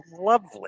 lovely